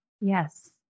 Yes